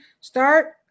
start